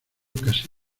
casi